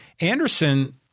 Anderson